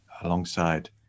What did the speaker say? alongside